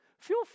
Feel